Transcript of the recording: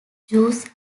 juice